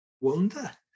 wonder